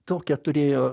tokią turėjo